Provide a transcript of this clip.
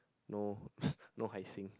no no Hai-Sing